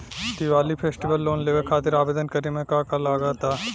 Diwali festival loan लेवे खातिर आवेदन करे म का का लगा तऽ?